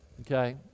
okay